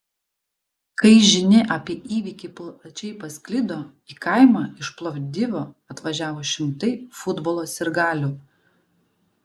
kai žinia apie įvykį plačiai pasklido į kaimą iš plovdivo atvažiavo šimtai futbolo sirgalių